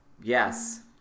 Yes